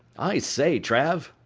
i say, trav,